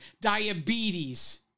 diabetes